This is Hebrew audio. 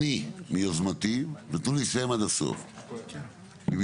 אני מיוזמתי ותנו לי לסיים עד הסוף, במיוחד